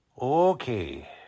Okay